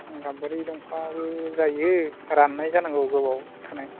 गाम्बारि दंफाङाबो जायो रान्नाय जानांगौ गोबाव थानाय